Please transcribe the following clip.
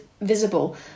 visible